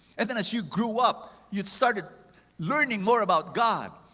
and then, as you grew up, you started learning more about god.